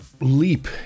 leap